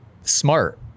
smart